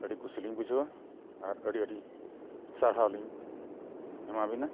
ᱟᱹᱰᱤ ᱠᱩᱥᱤᱞᱤᱧ ᱵᱩᱡᱷᱟᱹᱣᱟ ᱟᱨ ᱟᱹᱰᱤ ᱟᱹᱰᱤ ᱥᱟᱨᱦᱟᱣ ᱞᱤᱧ ᱮᱢᱟ ᱵᱤᱱᱟ